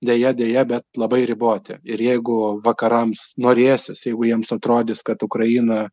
deja deja bet labai riboti ir jeigu vakarams norėsis jeigu jiems atrodys kad ukraina